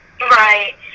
Right